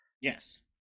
yes